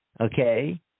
Okay